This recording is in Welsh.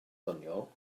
doniol